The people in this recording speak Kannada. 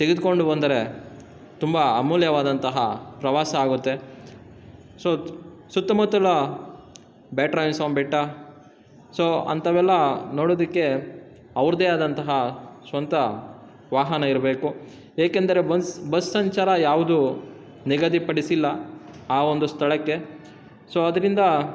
ತೆಗೆದುಕೊಂಡು ಬಂದರೆ ತುಂಬ ಅಮೂಲ್ಯವಾದಂತಹ ಪ್ರವಾಸ ಆಗುತ್ತೆ ಸೊ ಸುತ್ತಮುತ್ತಲ ಬ್ಯಾಟ್ರಾಯನಸ್ವಾಮಿ ಬೆಟ್ಟ ಸೊ ಅಂಥವೆಲ್ಲ ನೋಡೋದಕ್ಕೆ ಅವ್ರದ್ದೆ ಆದಂತಹ ಸ್ವಂತ ವಾಹನ ಇರಬೇಕು ಏಕೆಂದರೆ ಬಸ್ ಬಸ್ ಸಂಚಾರ ಯಾವುದೂ ನಿಗದಿಪಡಿಸಿಲ್ಲ ಆ ಒಂದು ಸ್ಥಳಕ್ಕೆ ಸೊ ಅದರಿಂದ